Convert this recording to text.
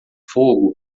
fogo